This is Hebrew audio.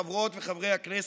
חברות וחברי הכנסת,